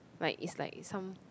like it's like some